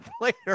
later